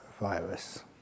virus